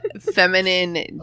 feminine